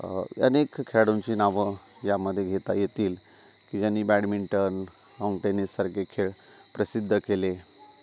अनेक खेळाडूंची नावं यामध्ये घेता येतील की ज्यांनी बॅडमिंटन आणि टेनिससारखे खेळ प्रसिद्ध केले